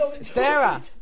Sarah